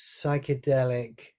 psychedelic